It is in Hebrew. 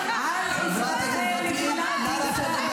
באיזו זכות אנחנו שותקים כשהיא מדברת?